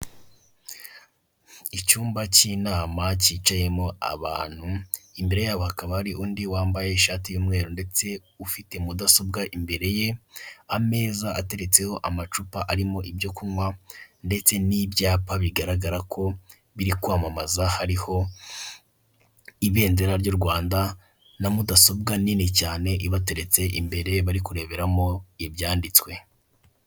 Icyumba cy'inama cyicayemo abantu, imbere yabo hakaba hari undi wambaye ishati y'umweru ndetse ufite mudasobwa imbere ye ameza ateretseho amacupa arimo ibyo kunywa ndetse n'ibyapa bigaragara ko biri kwamamaza, hariho ibendera ry'urwanda na mudasobwa nini cyane ibateretse imbere bari kureberamo ibyanditswe.